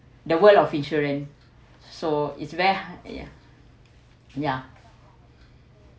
the word of insurance so is where ya ya